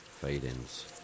fade-ins